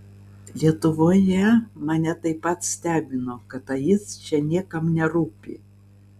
lietuvoje mane taip pat stebino kad aids čia niekam nerūpi